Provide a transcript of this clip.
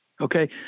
Okay